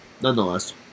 nonetheless